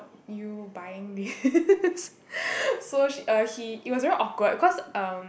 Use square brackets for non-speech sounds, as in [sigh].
you buying this [laughs] so she uh he it was very awkward cause um